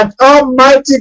almighty